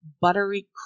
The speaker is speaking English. buttery